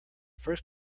first